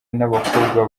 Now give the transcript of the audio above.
n’abakobwa